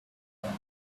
phone